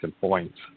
points